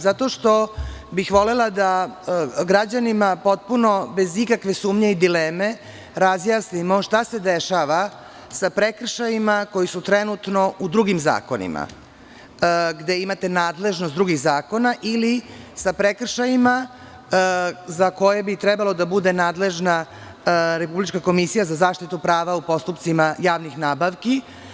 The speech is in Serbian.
Zato što bih volela da građanima potpuno i bez ikakve sumnje i dileme razjasnimo šta se dešava sa prekršajima koji su trenutno u drugim zakonima, gde imate nadležnost drugih zakona ili sa prekršajima za koje bi trebalo da bude nadležna Republička komisija za zaštitu prava u postupcima javnih nabavki.